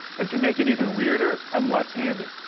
and to make it even weirder, i'm left-handed.